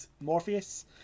Morpheus